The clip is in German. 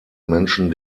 menschen